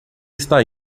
está